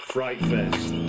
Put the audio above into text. FrightFest